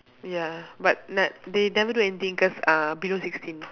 ya but not they never do anything cause uh below sixteen